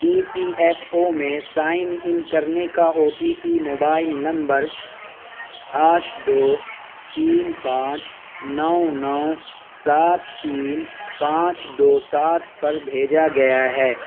ای P F O میں sign in کرنے کا O T P mobile number آٹھ دو تین پانچ نو نو سات تین پانچ دو سات پر بھیجا گیا ہے